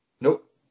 Nope